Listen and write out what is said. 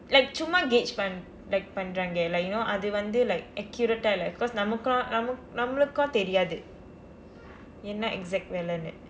like சும்மா:summaa gauge pan~ like பன்றாங்க:panraangka like you know அது வந்து:athu vandthu like accurate ah இல்லை:illai cause நம்மக்கு நம்ம நம்மக்கும் தெரியாது என்ன:nammkku namma nammakkum theriyaathu enna exact விலைனு:vilanu